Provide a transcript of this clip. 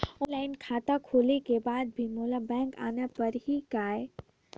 Online खाता खोले के बाद भी मोला बैंक आना पड़ही काय?